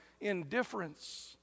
indifference